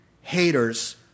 haters